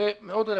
ומאוד רלוונטית.